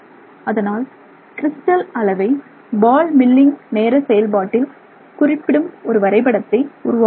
அதனால் கிரிஸ்டல் அளவை ball milling நேர செயல்பாட்டில் குறிப்பிடும் ஒரு வரைபடத்தை உருவாக்க முடியும்